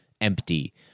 empty